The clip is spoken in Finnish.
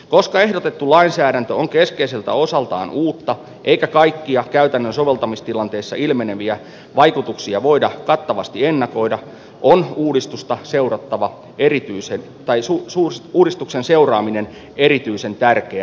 koska ehdotettu lainsäädäntö on keskeiseltä osaltaan uutta eikä kaikkia käytännön soveltamistilanteissa ilmeneviä vaikutuksia voida kattavasti ennakoida on uudistusta seurattava erityisen vaisu osuus uudistuksen seuraaminen erityisen tärkeää